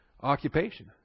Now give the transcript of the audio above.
occupation